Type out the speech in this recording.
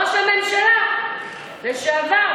זאת ממשלת אחדות?